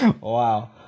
wow